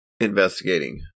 Investigating